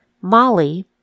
Molly